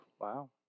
Wow